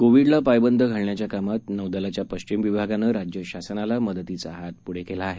कोविडला पायबंद घालण्याच्या कामात नौदलाच्या पश्चिम विभागाने राज्यशासनाला मदतीचा हात पुढं केला आहे